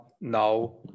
now